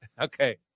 Okay